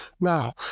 now